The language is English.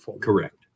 Correct